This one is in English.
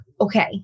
okay